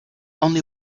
only